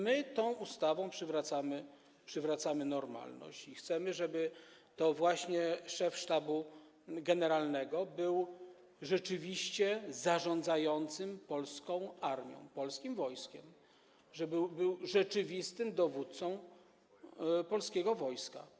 My tą ustawą przywracamy normalność i chcemy, żeby to właśnie szef Sztabu Generalnego był rzeczywiście zarządzającym polską armią, polskim wojskiem, żeby był rzeczywistym dowódcą polskiego wojska.